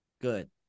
Good